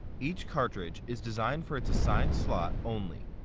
each cartridge is designed for its assigned slot only.